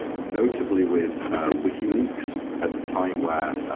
notably with ah wikileaks at the time where